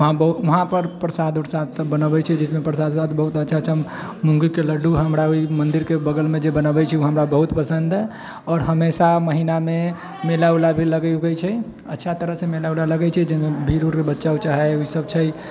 वहाँ बहुत वहाँपर प्रसाद वर्साद तऽ बनबै छै जिसमे प्रसाद वर्साद बहुत अच्छा अच्छा मूँगके लड्डू जे हमरा ओहि मन्दिरके बगलमे जे बनाबै छै ओ हमरा बहुत पसन्द हइ आओर हमेशा महिनामे मेला वेला भी लगै उगै छै अच्छा तरहसँ मेला वेला लगै छै जाहिमे भीड़ उड़ बच्चा वच्चा हइ ईसब छै